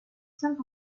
cinq